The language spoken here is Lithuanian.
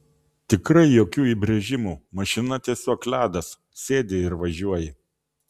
tikrai jokių įbrėžimų mašina tiesiog ledas sėdi ir važiuoji